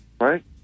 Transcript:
Right